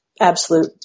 absolute